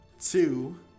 two